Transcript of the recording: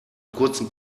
kurzen